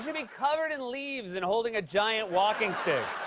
be covered in leaves and holding a giant walking stick.